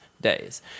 days